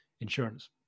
insurance